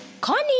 Connie